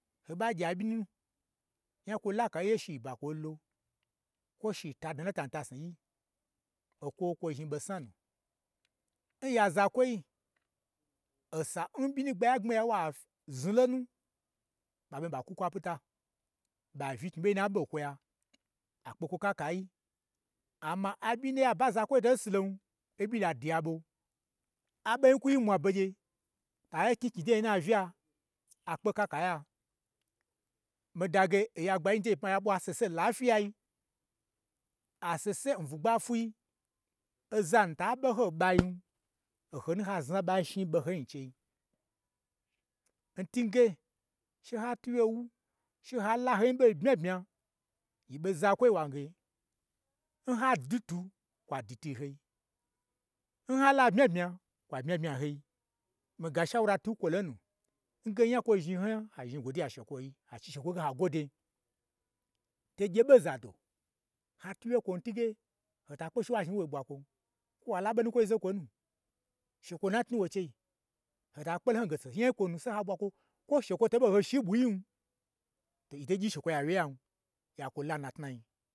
Ho ɓa gye aɓyi nu, nya n kwo laka oye shiba kwoi lo, kwo shita, dnan na tan tasnuyi, o kwo kwo zhni ɓosnanu, nya zakwoi, osan ɓyi nugbai ya gbmiya wa fyi zni lo nu, ɓa ɓei ɓa kwu kwa pita, ɓa uyi knyi ɓei na ɓon kwoya, akpe kwo kakayi, amma aɓyi n naye aban zakwoi to sulon, oɓyi la diya ɓo, aɓoi kwu yi mwa begye, ta na knyi knyi doyi nu auya, akpe kaka ya, mii da ge oya gbagyi nyi che pma ya ɓwa sese n lafyiyai, asese n ɓayin, ohonu nha zna ɓa zhni ɓo ho nyi n chei, n twu nge she ha twu wye nwu, she ha la ho nyi ɓo n bmya bmya, yi ɓon n zakwoi wange, n ha dwu twu, kwa dwutwu n hoi, n hala n bmya bmya kwa bmya bmya n hoi, miga shaura twun kwo lonu, nge onya nkwo zhni ho nya ha zhni gwo diya n shekwoyii, ha chi shekwoyi ge ha gwode, to gye ɓo n zado ha twu wye n kwon, n twuge ho ta kpe she wa zhni n wu woi ɓwa kwon, kwo wa la ɓo nukwoi zakwunu, shekwo na tnu wo n chei, ho ta kpe lon, hon ge te nyagye n kwo nyi sai ha ɓwa kwo, kwo she kwoyi to ɓo n hoi shin ɓwugyin, to yi to gyi shekwoyi awye yan, ya kwo lan na tnayi.